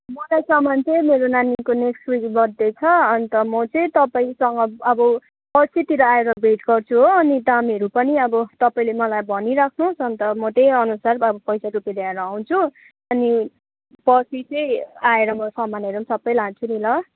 मलाई सामान चाहिँ मेरो नानीको नेक्स्ट विक बर्थडे छ अन्त म चाहिँ तपाईसँग अब पर्सितिर आएर भेट गर्छु हो अनि दामहरू पनि अब तपाईँले मलाई भनी राख्नुहोस् हो अन्त म त्यही अनुसार पैसा रुपियाँहरू लिएर आउँछु अनि पछि चाहिँ आएर म सामानहरू सबै लान्छु नि ल